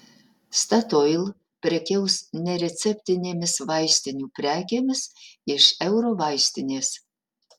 statoil prekiaus nereceptinėmis vaistinių prekėmis iš eurovaistinės